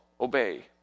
obey